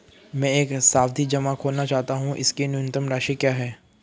मैं एक सावधि जमा खोलना चाहता हूं इसकी न्यूनतम राशि क्या है?